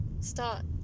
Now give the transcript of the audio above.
start